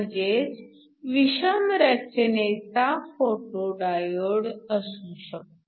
म्हणजेच विषम रचनेचा फोटो डायोड असू शकतो